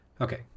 Okay